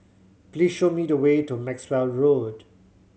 please show me the way to Maxwell Road